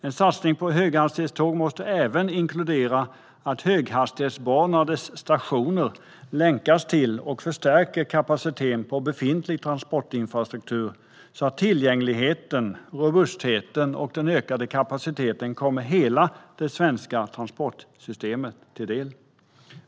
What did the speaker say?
En satsning på höghastighetståg måste även inkludera att höghastighetsbanor och dess stationer länkas till och förstärker kapaciteten i befintlig transportinfrastruktur så att tillgängligheten, robustheten och den ökade kapaciteten kommer hela det svenska transportsystemet till del.